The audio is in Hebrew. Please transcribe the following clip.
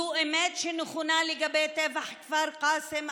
זו אמת שנכונה לגבי טבח כפר קאסם,